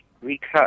recut